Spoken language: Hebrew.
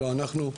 לא אנחנו,